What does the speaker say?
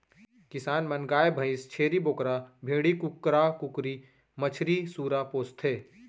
किसान मन गाय भईंस, छेरी बोकरा, भेड़ी, कुकरा कुकरी, मछरी, सूरा पोसथें